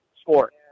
sport